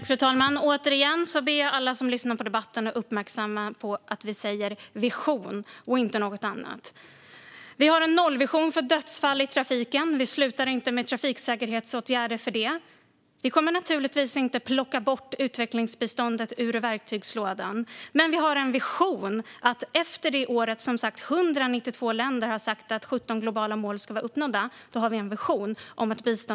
Fru talman! Återigen ber jag alla som lyssnar på debatten att uppmärksamma att vi säger "vision" och inte något annat. Sverige har en nollvision för dödsfall i trafiken men slutar inte vidta trafiksäkerhetsåtgärder för det. Vi kommer givetvis inte att plocka bort utvecklingsbiståndet ut verktygslådan, men vi har en vision om att biståndet inte längre ska behövas efter det år som 192 länder har sagt att 17 globala mål ska vara uppnådda.